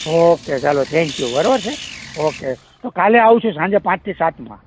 okay ચાલો thank you બરાબર છે ઓકે તો કાલે આવવું છે સાંજે પાંચથી સાતમાં